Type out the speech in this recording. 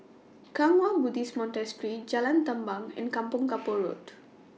Kwang Hua Buddhist Monastery Jalan Tamban and Kampong Kapor Road